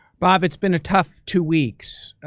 bob, it's been a tough two weeks.